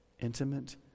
intimate